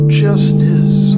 justice